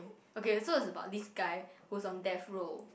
okay okay so it's about this guy who's on death row